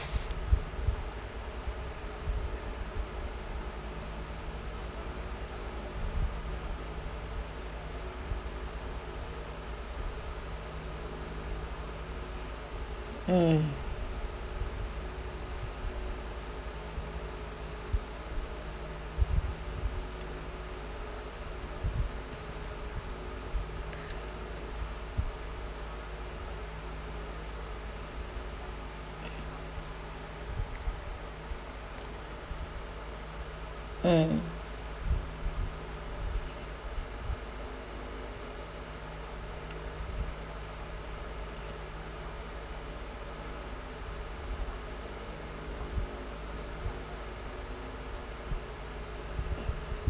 mm mm